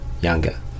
younger